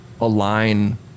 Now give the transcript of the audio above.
align